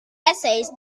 essays